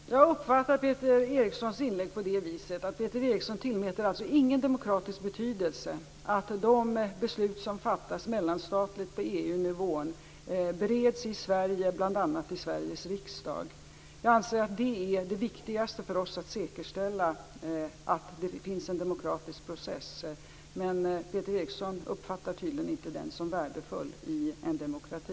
Fru talman! Jag uppfattar Peter Erikssons inlägg så att han inte tillmäter den saken någon demokratisk betydelse, att de beslut som fattas på mellanstatlig nivå inom EU bereds i Sverige bl.a. i Sveriges riksdag. Jag anser att det viktigaste är att säkerställa att det finns en demokratisk process. Men Peter Eriksson uppfattar tydligen inte den som värdefull i en demokrati.